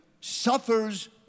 suffers